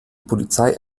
polizei